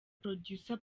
producer